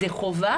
זו חובה,